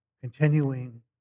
continuing